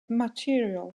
material